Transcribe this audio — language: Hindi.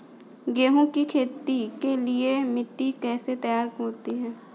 गेहूँ की खेती के लिए मिट्टी कैसे तैयार होती है?